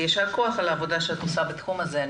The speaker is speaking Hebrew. יישר כוח על העבודה שאת עושה בתחום הזה.